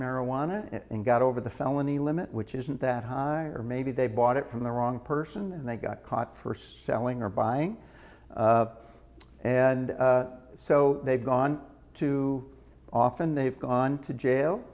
marijuana and got over the felony limit which isn't that high or maybe they bought it from the wrong person and they got caught for selling or buying and so they've gone too often they've gone to